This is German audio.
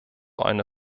eine